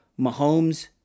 Mahomes